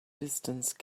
distance